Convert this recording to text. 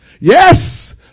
Yes